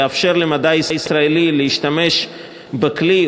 לאפשר למדע ישראלי להשתמש בכלי,